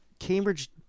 Cambridge